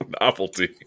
novelty